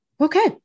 okay